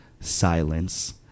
silence